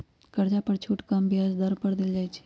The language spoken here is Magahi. कर्जा पर छुट कम ब्याज दर पर देल जाइ छइ